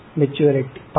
maturity